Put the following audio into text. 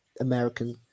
American